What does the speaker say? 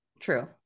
True